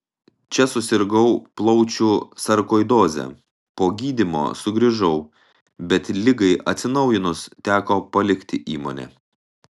čia susirgau plaučių sarkoidoze po gydymo sugrįžau bet ligai atsinaujinus teko palikti įmonę